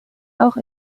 auch